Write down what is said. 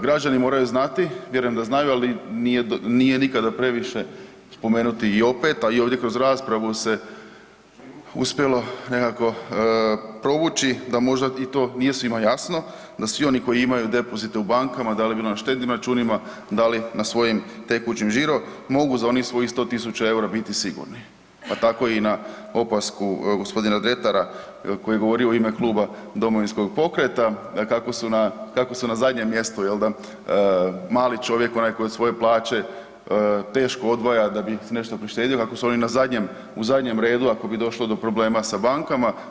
Građani moraju znati, vjerujem da znaju, ali nikada nije previše spomenuti i opet, a i ovdje kroz raspravu se uspjelo nekako provući da možda i to nije svima jasno da svi oni koji imaju depozite u bankama da li bilo na štednim računima, da li na svojim na tekućim, žiro mogu za onih svojih 100.000 eura biti sigurni pa tako i na opasku gospodina Dretara koji je govorio u ime kluba Domovinskog pokreta kako su na zadnjem mjestu mali čovjek onaj koji od svoje plaće teško odvaja da bi si nešto prištedio, kako su oni u zadnjem redu ako bi došlo do problema s bankama.